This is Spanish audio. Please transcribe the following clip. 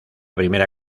primera